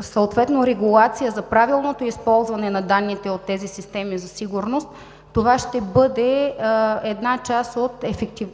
съответно регулация за правилното използване на данните от тези системи за сигурност това ще бъде една част от